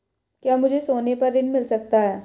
क्या मुझे सोने पर ऋण मिल सकता है?